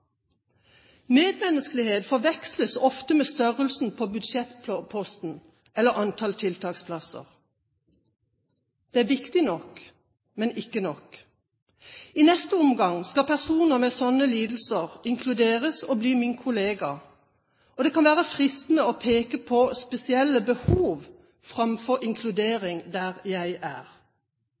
Medmenneskelighet forveksles ofte med størrelsen på budsjettposten eller antall tiltaksplasser. Det er viktig, men ikke nok. I neste omgang skal personer med slike lidelser inkluderes og bli mine kollegaer, og det kan være fristende å peke på spesielle behov framfor inkludering der jeg er.